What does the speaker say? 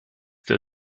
der